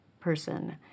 person